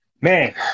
Man